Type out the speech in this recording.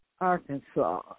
Arkansas